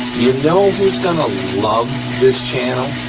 know who's gonna love this channel?